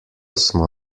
smo